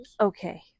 Okay